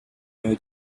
new